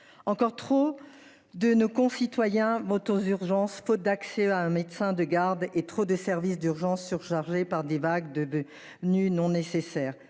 encore trop. De nos concitoyens aux urgences, faute d'accès à un médecin de garde et trop des services d'urgences surchargées par des vagues de 2 nue non nécessaire